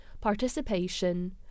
Participation